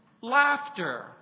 laughter